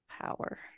power